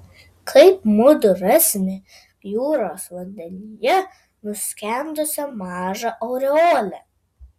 kaip mudu rasime jūros vandenyje nuskendusią mažą aureolę